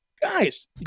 guys